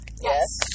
Yes